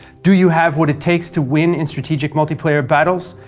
do you have what it takes to win in strategic multiplayer battles?